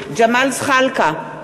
ג'מאל זחאלקה,